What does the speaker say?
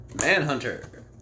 Manhunter